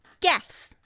Guess